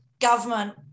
government